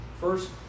first